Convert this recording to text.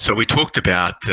so we talked about